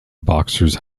boxers